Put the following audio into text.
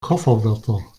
kofferwörter